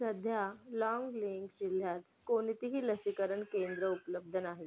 सध्या लाँगलेंग जिल्ह्यात कोणतीही लसीकरण केंद्रं उपलब्ध नाहीत